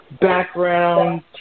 background